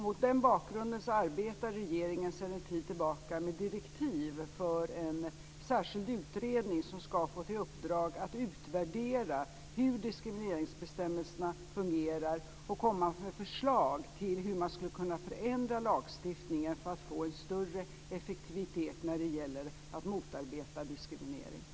Mot den bakgrunden arbetar regeringen sedan en tid tillbaka med direktiv för en särskild utredning, som skall få i uppdrag att utvärdera hur diskrimineringsbestämmelserna fungerar och komma med förslag till hur man skulle kunna förändra lagstiftningen för att få en större effektivitet när det gäller att motarbeta diskriminering.